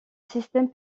système